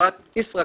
בחברת ישראכרט,